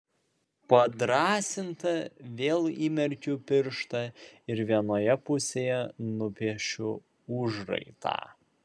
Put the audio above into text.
padrąsinta vėl įmerkiu pirštą ir vienoje pusėje nupiešiu užraitą